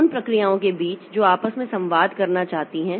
उन प्रक्रियाओं के बीच जो आपस में संवाद करना चाहती हैं